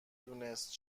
دونست